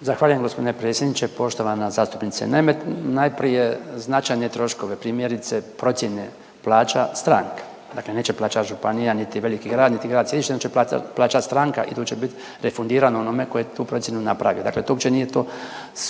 Zahvaljujem g. predsjedniče, poštovana zastupnice Nemet. Najprije značajne troškove, primjerice procjene plaća stranke, znači neće plaćati županija niti veliki grad niti grad sjedište nego će plaćati stranka i to će biti refundirano onome tko je tu procjenu napravio. Dakle to uopće nije to sporno,